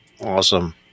Awesome